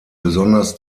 besonders